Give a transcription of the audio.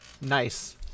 Nice